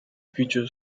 future